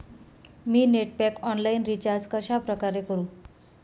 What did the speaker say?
मी net pack online recharge कशाप्रकारे करु?